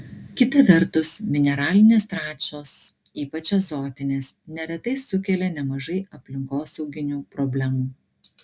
kita vertus mineralinės trąšos ypač azotinės neretai sukelia nemažai aplinkosauginių problemų